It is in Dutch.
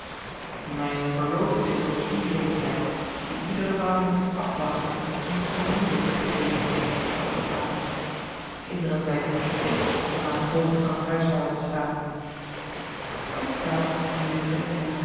mijne verloofde is op dien leeftijd dien iedere vrouw moest afwachten om zich in het huwelijk te begeven sprak botwater kinderen zijn niet geschikt om aan het hoofd van een huishouden te staan anasthase neuriede